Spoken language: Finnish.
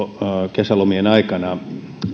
kesälomien aikana